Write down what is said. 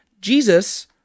Jesus